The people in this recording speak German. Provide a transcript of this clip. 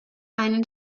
einen